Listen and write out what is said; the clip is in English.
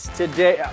today